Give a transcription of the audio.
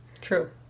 True